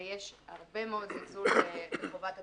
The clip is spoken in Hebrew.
ויש הרבה מאוד זלזול בחובת התשלום.